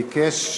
ביקש